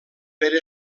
per